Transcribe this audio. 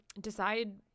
decide